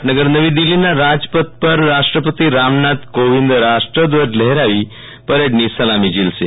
પાટનગર નવી દિલ્ફીના રાજપથ પર રાષ્ટ્રપતિ રામનાથ કોવિંદ રાષ્ટ્ર ધ્વજ લહેરાવી પરેડની સલામી જીલશે